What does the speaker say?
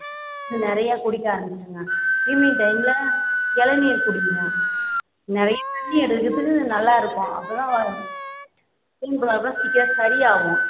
தண்ணி நிறையா குடிக்க ஆரம்மிச்சிடுங்க ஈவினிங் டைமில் இளநீர் குடியுங்க நிறையா தண்ணி எடுக்கிறதுக்கு நல்லாயிருக்கும் அப்போ தான் வந்து ஸ்கின் ப்ராப்ளம் சீக்கிரம் சரியாகும்